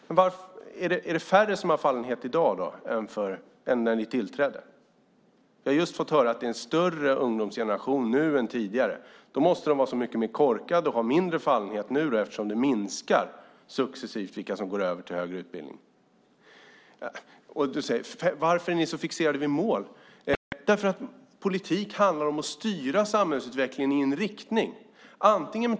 Men är det färre som har fallenhet i dag än när ni tillträdde? Vi har just fått höra att det är en större ungdomsgeneration nu än tidigare. Då måste ungdomarna vara mycket mer korkade och ha mindre fallenhet nu eftersom den andel som går över till högre utbildning successivt minskar. Följande fråga ställs: Varför är ni så fixerade vid mål? Det är vi därför att politik handlar om att styra samhällsutvecklingen i en riktning.